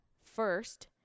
First